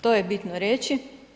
To je bitno reći.